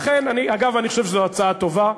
אגב, אני חושב שזו הצעה טובה.